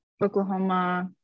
Oklahoma